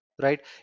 right